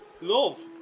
Love